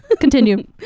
Continue